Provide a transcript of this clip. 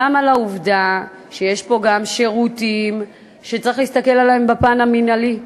גם על העובדה שיש פה גם שירותים שצריך להסתכל עליהם בפן המינהלי.